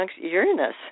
Uranus